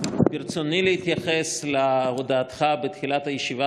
ברצוני להתייחס להודעתך בתחילת הישיבה